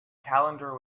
calendar